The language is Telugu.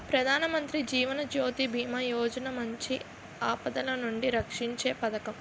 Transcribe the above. ప్రధానమంత్రి జీవన్ జ్యోతి బీమా యోజన మంచి ఆపదలనుండి రక్షీంచే పదకం